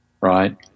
right